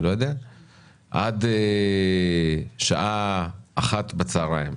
עד שעה אחת בצוהריים.